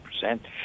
percent